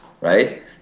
right